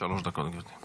שלוש דקות, גברתי.